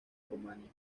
rumanía